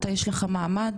אתה יש לך מעמד,